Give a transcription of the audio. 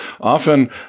often